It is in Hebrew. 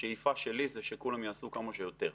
השאיפה שלי זה שכולם יעשו כמה שיותר.